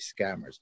scammers